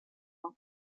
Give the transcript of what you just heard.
课程